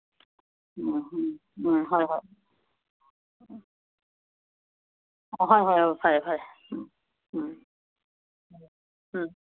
ꯍꯣꯏ ꯚꯥꯏ ꯑꯗꯨꯗꯤ ꯍꯥꯏꯔꯒꯦ ꯚꯥꯏ ꯑꯗꯨꯗꯤ ꯑꯗꯨꯝ ꯁꯟꯗꯦ ꯁꯦꯇꯔꯗꯦ ꯅꯨꯃꯤꯗꯥꯡꯒꯨꯝꯕ ꯄꯥꯎ ꯐꯥꯎꯅꯔꯁꯦ ꯑꯗꯨꯒ ꯑꯗꯨꯝ ꯑꯩꯈꯣꯏ ꯑꯗꯨꯝ ꯃꯟꯗꯦꯗꯨ ꯁꯣꯏꯗꯕꯤ ꯆꯠꯅꯕ ꯇꯧꯔꯁꯤ ꯍꯣꯏ ꯊꯝꯃꯦ ꯑꯗꯨꯗꯤ